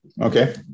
Okay